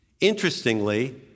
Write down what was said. Interestingly